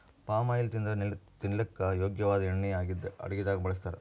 palm oil ಅಂದ್ರ ತಿನಲಕ್ಕ್ ಯೋಗ್ಯ ವಾದ್ ಎಣ್ಣಿ ಆಗಿದ್ದ್ ಅಡಗಿದಾಗ್ ಬಳಸ್ತಾರ್